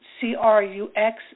C-R-U-X